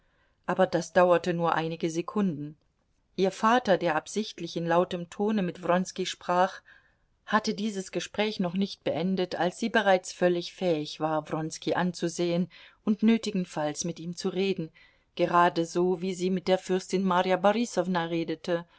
aber das dauerte nur einige sekunden ihr vater der absichtlich in lautem tone mit wronski sprach hatte dieses gespräch noch nicht beendet als sie bereits völlig fähig war wronski anzusehen und nötigenfalls mit ihm zu reden geradeso wie sie mit der fürstin marja borisowna redete